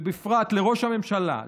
ובפרט לראש הממשלה,